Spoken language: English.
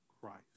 Christ